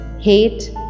hate